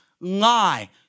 lie